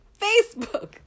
Facebook